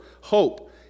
hope